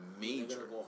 major